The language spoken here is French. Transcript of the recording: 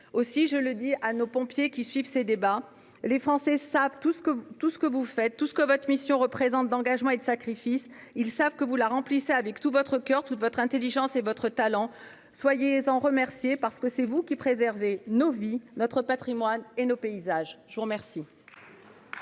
Aussi, je dis à nos pompiers qui suivent nos débats : les Français savent tout ce que votre mission représente d'engagement et de sacrifice ; ils savent que vous la remplissez avec tout votre coeur, toute votre intelligence et tout votre talent. Soyez-en remerciés, parce que c'est vous qui préservez nos vies, notre patrimoine et nos paysages ! La discussion